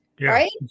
right